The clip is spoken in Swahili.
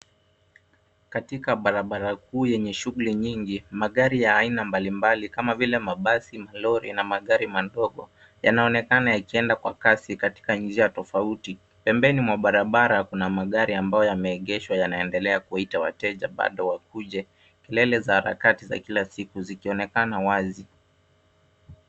Katika barabara kuu yenye shughuli nyingi, magari ya aina mbalimbali kama vile mabasi, malori na magari madogo yanaonekana yakienda kwa kasi katika njia tofauti. Pembeni mwa barabara kuna magari ambayo yameegeshwa yanaendelea kuita wateja bado wakuje. Kelele za harakati za kila siku zikionekana wazi.